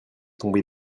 tombé